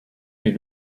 est